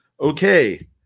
okay